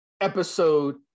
episode